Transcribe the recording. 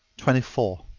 twenty four.